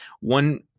one